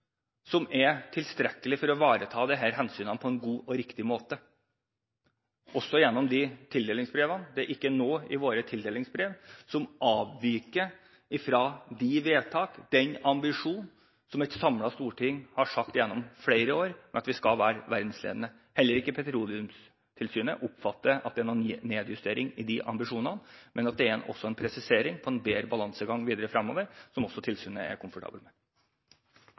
som er tilstrekkelig for å ivareta disse hensynene på en god og riktig måte, også gjennom tildelingsbrevene. Det er ikke noe i våre tildelingsbrev som avviker fra de vedtak og den ambisjon som et samlet storting har hatt gjennom flere år: at vi skal være verdensledende. Heller ikke Petroleumstilsynet oppfatter at det er noen nedjustering av de ambisjonene, men at det er en presisering av en bedre balansegang videre fremover, som også tilsynet er komfortabel med.